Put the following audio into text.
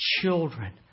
children